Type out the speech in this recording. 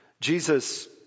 Jesus